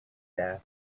there